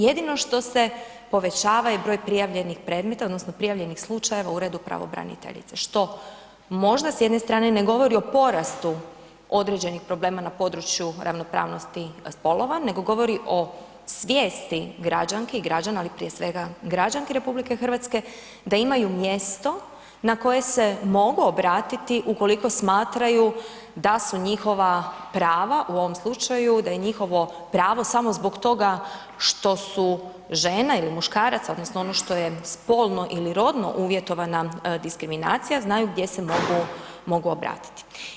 Jedino što se povećava je broj prijavljenih predmeta odnosno prijavljenih slučajeva u Uredu pravobraniteljice što možda s jedne strane ne govori o porastu određenih problema na području ravnopravnosti spolova, nego govori o svijesti građanki i građana ali prije svega građanki Republike Hrvatske da imaju mjesto na koje se mogu obratiti ukoliko smatraju da su njihova prava u ovom slučaju da je njihovo pravo samo zbog toga što su žene ili muškarac odnosno ono što je spolno ili rodno uvjetovana diskriminacija, znaju gdje se mogu obratiti.